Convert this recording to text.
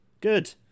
Good